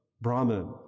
Brahman